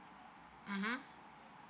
mmhmm